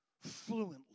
fluently